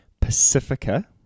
Pacifica